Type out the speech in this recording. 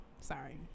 sorry